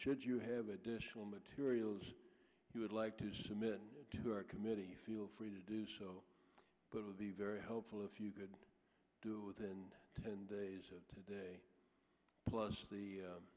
should you have additional materials you would like to submit to the committee feel free to do so but of the very helpful if you could do it within ten days of today plus the